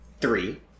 Three